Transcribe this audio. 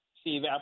Steve